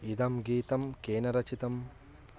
इदं गीतं केन रचितम्